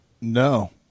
No